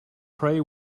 pray